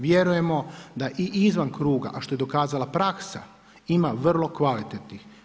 Vjerujemo da i izvan kruga a što je dokazala praksa ima vrlo kvalitetnih.